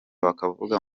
bakavuga